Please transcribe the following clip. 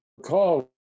call